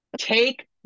Take